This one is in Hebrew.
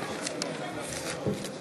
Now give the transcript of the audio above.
אני קובעת כי